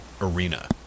arena